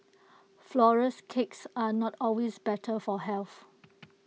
Flourless Cakes are not always better for health